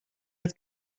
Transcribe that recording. het